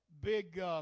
big